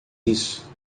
isso